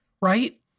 right